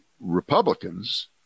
Republicans